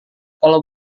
kalau